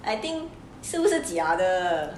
I think 是不是假的